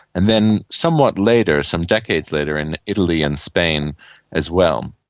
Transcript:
and then somewhat later, some decades later in italy and spain as well.